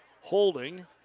Holding